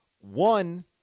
One